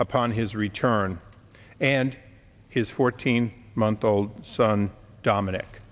upon his return and his fourteen month old son dominic